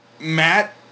Matt